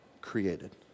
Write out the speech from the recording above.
created